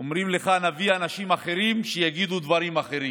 אומרים לך: נביא אנשים אחרים שיגידו דברים אחרים,